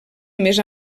més